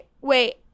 Wait